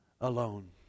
alone